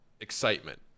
excitement